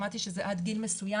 שמעתי שזה עד גיל מסוים,